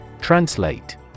Translate